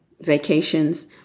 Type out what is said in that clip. vacations